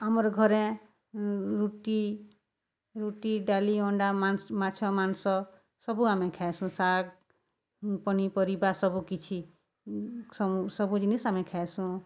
ଆମର୍ ଘରେ ରୁଟି ରୁଟି ଡାଲି ଅଣ୍ଡା ମାଛ ମାଂସ ସବୁ ଆମେ ଖାଏସୁଁ ଶାଗ୍ ପନିପରିବା ସବୁକିଛି ସବୁ ଜିନିଷ୍ ଆମେ ଖାଏସୁଁ